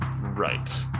Right